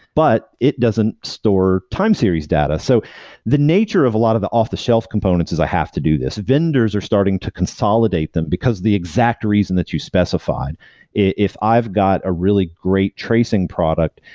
but it doesn't store time series data. so the nature of a lot of the off-the shelf components is i have to do this, vendors are starting to consolidate them, because the exact reason that you specified if i've got a really great tracing product,